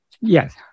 Yes